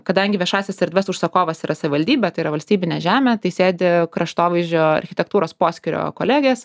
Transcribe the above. kadangi viešąsias erdves užsakovas yra savivaldybė tai yra valstybinė žemė tai sėdi kraštovaizdžio architektūros poskyrio kolegės